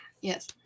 Yes